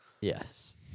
Yes